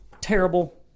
terrible